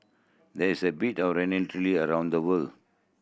there's a bit around the world